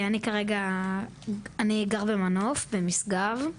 אני כרגע גר במנוף, במשגב.